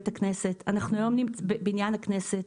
בניין הכנסת.